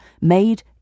made